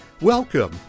Welcome